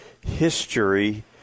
history